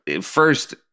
first